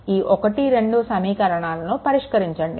ఈ 1 2 సమీకరణాలను పరిష్కరించండి